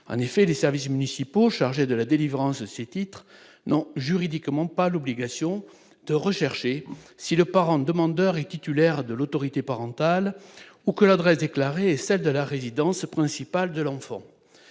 en effet, les services municipaux chargés de la délivrance Titre non juridiquement pas l'obligation de rechercher si le parent demandeurs et qui tue l'air de l'autorité parentale ou que l'adresse déclarés et celle de la résidence principale de l'enfant,